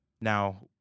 Now